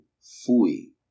fui